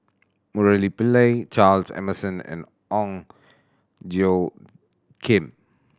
Murali Pillai Charles Emmerson and Ong Tjoe Kim